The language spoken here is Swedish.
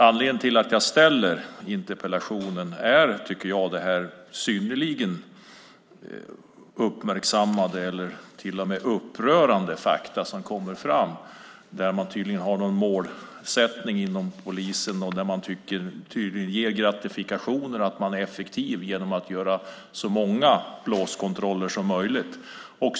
Anledningen till att jag ställer interpellation är de synnerligen uppmärksammade, och till och med upprörande, fakta som kommer fram där man tydligen ger gratifikationer för att man är effektiv genom att göra så många blåskontroller som möjligt.